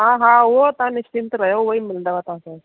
हा हा उहो तव्हां निश्चिंत रहियो उहो ई मिलंदव तव्हांखे